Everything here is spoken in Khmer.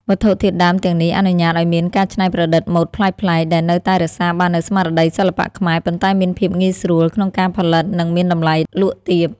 វត្ថុធាតុដើមទាំងនេះអនុញ្ញាតឱ្យមានការច្នៃប្រឌិតម៉ូដប្លែកៗ ដែលនៅតែរក្សាបាននូវស្មារតីសិល្បៈខ្មែរ ប៉ុន្តែមានភាពងាយស្រួលក្នុងការផលិត និងមានតម្លៃលក់ទាប។